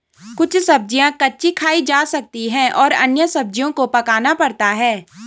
कुछ सब्ज़ियाँ कच्ची खाई जा सकती हैं और अन्य सब्ज़ियों को पकाना पड़ता है